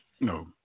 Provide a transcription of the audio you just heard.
No